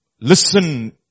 listen